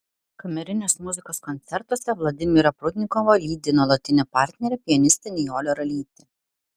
kamerinės muzikos koncertuose vladimirą prudnikovą lydi nuolatinė partnerė pianistė nijolė ralytė